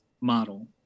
model